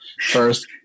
first